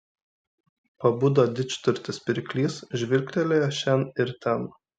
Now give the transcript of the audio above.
pabudo didžturtis pirklys žvilgtelėjo šen ir ten